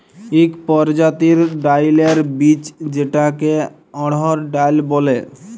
ইক পরজাতির ডাইলের বীজ যেটাকে অড়হর ডাল ব্যলে